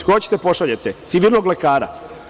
Koga ćete da pošaljete, civilnog lekara?